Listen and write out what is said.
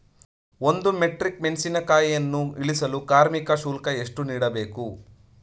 ಒಂದು ಮೆಟ್ರಿಕ್ ಮೆಣಸಿನಕಾಯಿಯನ್ನು ಇಳಿಸಲು ಕಾರ್ಮಿಕ ಶುಲ್ಕ ಎಷ್ಟು ನೀಡಬೇಕು?